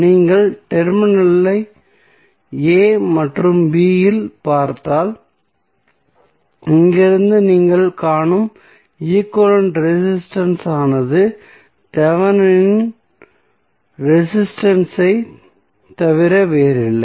நீங்கள் டெர்மினலை a மற்றும் b இல் பார்த்தால் இங்கிருந்து நீங்கள் காணும் ஈக்விவலெண்ட் ரெசிஸ்டன்ஸ் ஆனது தெவெனின் ரெசிஸ்டன்ஸ் ஐத் தவிர வேறில்லை